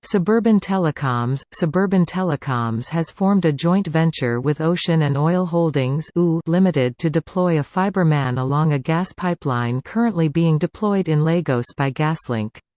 suburban telecoms suburban telecoms has formed a joint venture with ocean and oil holdings ltd to deploy a fiber man along a gas pipeline currently being deployed in lagos by gaslink.